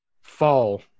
fall